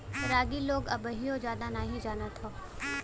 रागी लोग अबहिओ जादा नही जानत हौ